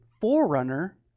forerunner